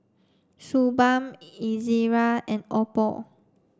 Suu Balm Ezerra and Oppo